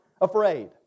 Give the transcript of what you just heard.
afraid